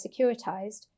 securitised